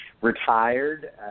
retired